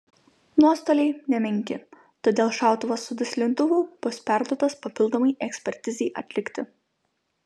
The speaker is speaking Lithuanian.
nuostoliai nemenki todėl šautuvas su duslintuvu bus perduotas papildomai ekspertizei atlikti